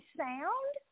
sound